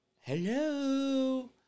Hello